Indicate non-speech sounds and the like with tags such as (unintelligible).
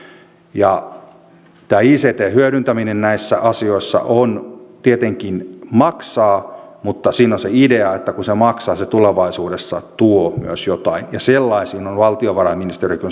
tämä ictn hyödyntäminen näissä asioissa tietenkin maksaa mutta siinä on se idea että kun se maksaa se tulevaisuudessa myös tuo jotain ja semmoisiin investointeihin on valtiovarainministeriökin (unintelligible)